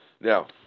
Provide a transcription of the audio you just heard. Now